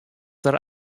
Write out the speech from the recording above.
der